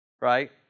right